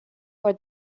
for